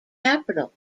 capital